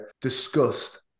discussed